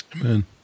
Amen